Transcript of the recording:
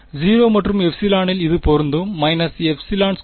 0 மற்றும் ε இல் இது இருக்கும் ε2 2